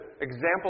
example